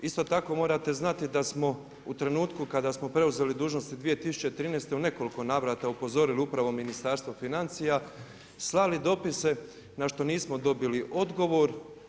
Isto tako morate znati da smo u trenutku kada smo preuzeli dužnosti 2013. u nekoliko navrata upozorili upravo Ministarstvo financija, slali dopise na što nismo dobili odgovor.